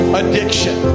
addiction